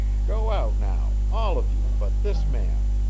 go out, now all of you but this man.